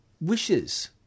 wishes